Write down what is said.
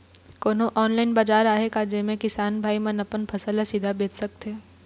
कोन्हो ऑनलाइन बाजार आहे का जेमे किसान भाई मन अपन फसल ला सीधा बेच सकथें?